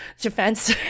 defense